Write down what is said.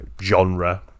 genre